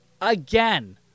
Again